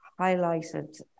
highlighted